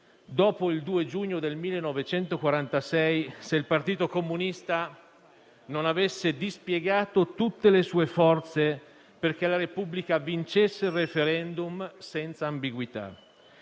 dopo il 2 giugno del 1946, se il Partito Comunista non avesse dispiegato tutte le sue forze affinché la Repubblica vincesse il *referendum* senza ambiguità.